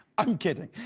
i'm kidding.